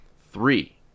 Three